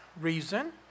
reason